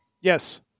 Yes